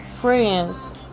friends